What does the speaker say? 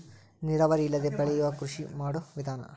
ನೇರಾವರಿ ಇಲ್ಲದೆ ಬೆಳಿಯು ಕೃಷಿ ಮಾಡು ವಿಧಾನಾ